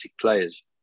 players